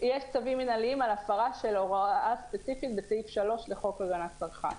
יש צווים מינהליים על הפרה של הוראה ספציפית בסעיף 3 לחוק הגנת הצרכן.